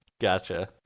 Gotcha